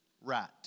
right